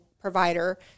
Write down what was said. provider